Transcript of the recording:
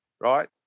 right